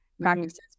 practices